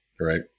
Right